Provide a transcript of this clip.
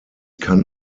kann